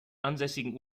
ansässigen